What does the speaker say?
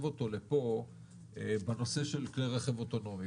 אותו לפה בנושא כלי הרכב האוטונומיים.